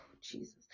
Jesus